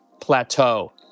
plateau